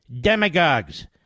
demagogues